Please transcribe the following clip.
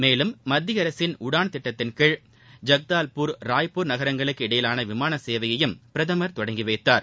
மேலும் மத்திய அரசின் உடான் திட்டத்தின் கீழ் ஜக்தாவ்பூர் ராய்ப்பூர் நகரங்களுக்கு இடையிலான விமான சேவையையும் பிரதமர் தொடங்கி வைத்தார்